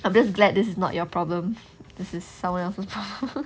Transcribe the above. I'm just glad this is not your problem this is someone else's problem